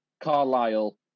Carlisle